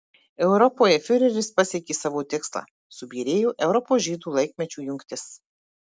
europoje fiureris pasiekė savo tikslą subyrėjo europos žydų laikmečių jungtis